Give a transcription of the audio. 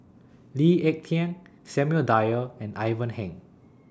Lee Ek Tieng Samuel Dyer and Ivan Heng